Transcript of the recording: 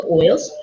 oils